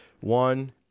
One